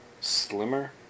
slimmer